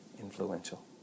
influential